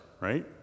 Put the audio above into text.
right